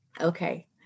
Okay